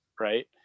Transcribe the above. right